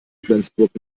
flensburg